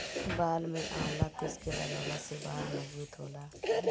बाल में आवंला पीस के लगवला से बाल मजबूत होला